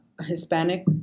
Hispanic